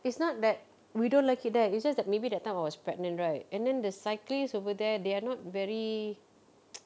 it's not that we don't like it there it's just that maybe that time I was pregnant right and then the cyclist over there they are not very